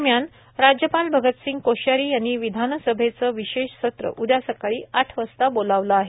दरम्यान राज्यपाल भगतसिंग कोश्यारी यांनी विधानसभेचं विशेष सत्र उद्या सकाळी आठ वाजता बोलावलं आहे